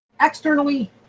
Externally